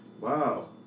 Wow